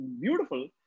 beautiful